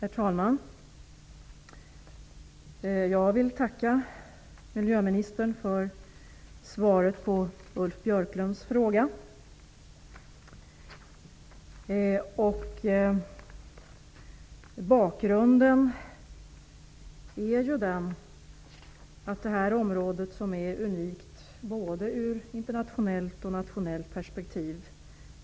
Njakafjället har av den internationella organisationen Taiga Rescue Network identifierats som ett av de värdefullaste återstående urskogsområdena. Området är unikt i både ett internationellt och nationellt perspektiv.